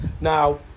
Now